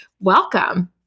Welcome